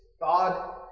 God